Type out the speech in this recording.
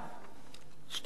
"שתי גדות לירדן".